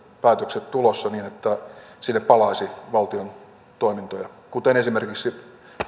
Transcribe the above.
päätökset tulossa niin että sinne palaisi valtion toimintoja kuten esimerkiksi